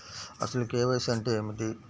అసలు కే.వై.సి అంటే ఏమిటి?